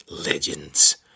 Legends